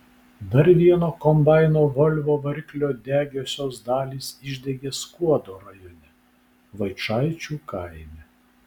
dar vieno kombaino volvo variklio degiosios dalys išdegė skuodo rajone vaičaičių kaime